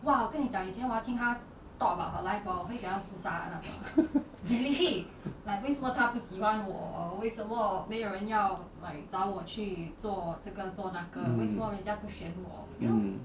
mm